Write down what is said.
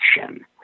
action